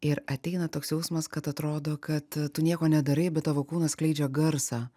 ir ateina toks jausmas kad atrodo kad tu nieko nedarai bet tavo kūnas skleidžia garsą